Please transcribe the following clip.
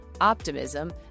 optimism